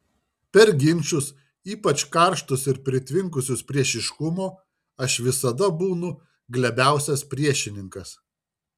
per ginčus ypač karštus ir pritvinkusius priešiškumo aš visada būnu glebiausias priešininkas